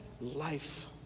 life